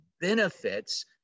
benefits